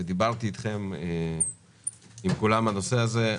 ודיברתי עם כולם בנושא הזה.